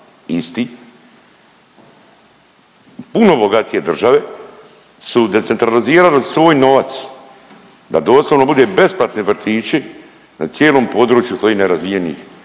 isti. Puno bogatije države su decentralizirale svoj novac da doslovno budu besplatni vrtići na cijelom području svojih nerazvijenih